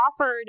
offered